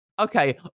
Okay